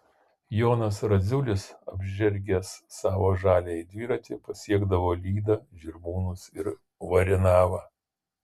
jonas radziulis apžergęs savo žaliąjį dviratį pasiekdavo lydą žirmūnus ir varenavą